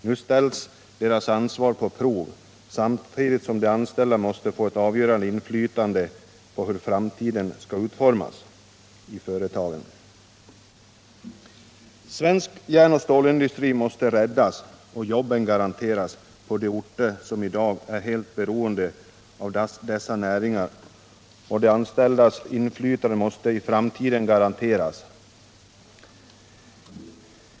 Nu ställs deras ansvar på prov, samtidigt som de anställda måste få ett avgörande inflytande på hur framtiden skall utformas i företagen. Svensk järnoch stålindustri måste räddas och jobben garanteras på de orter som i dag är helt beroende av dessa näringsgrenar, och de anställdas inflytande måste i framtiden garanteras.